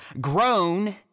grown